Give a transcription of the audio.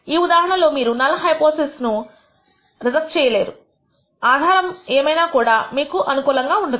ఈ ఉదాహరణ లో మీరు నల్ హైపోథిసిస్ ను రిజెక్ట్ చేయలేరు ఆధారం ఏమైనా కూడా మీకు అనుకూలముగా ఉండదు